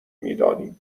میدانیم